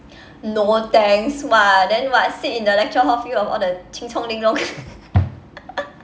no thanks !wah! then what sit in the lecture hall filled with all the ching chong ding dong